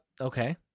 Okay